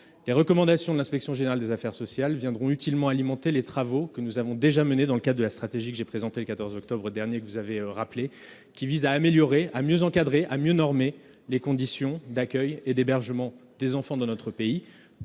Les recommandations de l'inspection générale des affaires sociales viendront utilement alimenter les travaux que nous avons déjà menés dans le cadre de la stratégie que j'ai présentée le 14 octobre dernier et qui vise à améliorer, à mieux encadrer, à mieux normer les conditions d'accueil et d'hébergement des enfants dans notre pays